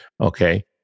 Okay